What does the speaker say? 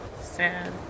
Sad